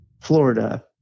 Florida